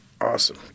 awesome